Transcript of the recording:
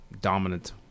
dominant